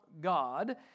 God